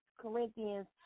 Corinthians